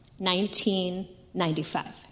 1995